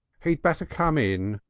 he'd better come in.